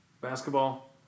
basketball